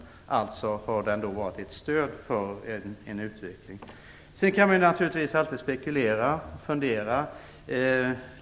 Den bör då vara ett stöd för en utveckling. Man kan naturligtvis alltid spekulera och fundera.